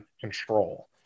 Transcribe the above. control